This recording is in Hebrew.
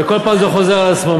וכל פעם זה חוזר על עצמו.